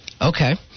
Okay